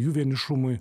jų vienišumui